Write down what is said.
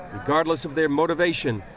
regardless of their motivation,